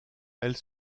elle